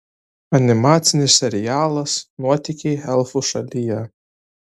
animacinis serialas nuotykiai elfų šalyje